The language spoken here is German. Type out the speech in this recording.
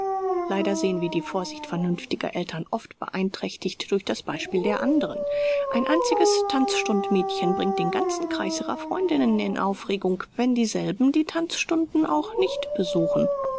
leider sehen wir die vorsicht vernünftiger eltern oft beeinträchtigt durch das beispiel der anderen ein einziges tanzstundmädchen bringt den ganzen kreis ihrer freundinnen in aufregung wenn dieselben die tanzstunden auch nicht besuchen